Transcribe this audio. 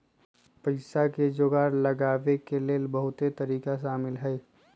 पइसा के जोगार लगाबे के लेल बहुते तरिका शामिल हइ